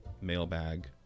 mailbag